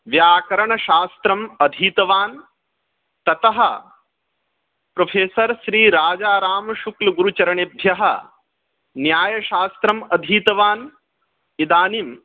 व्याकरणशास्त्रम् अधीतवान् ततः प्रोफेसर् श्रीराजारामशुक्लगुरुचरणेभ्यः न्यायशास्त्रम् अधीतवान् इदानीम्